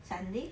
sunday